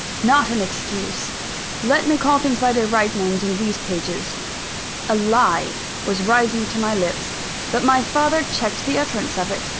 not an excuse let me call things by their right names in these pages a lie was rising to my lips but my father checked the utterance of it.